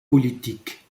politiques